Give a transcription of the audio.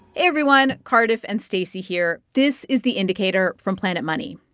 everyone. cardiff and stacey here. this is the indicator from planet money.